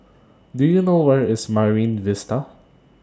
Do YOU know Where IS Marine Vista